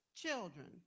children